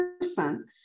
person